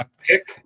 pick